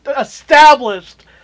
established